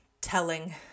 telling